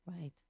Right